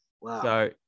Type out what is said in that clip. Wow